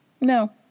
No